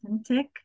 authentic